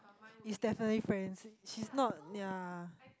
it's definitely friends she's not ya